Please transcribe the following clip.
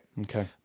Okay